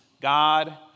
God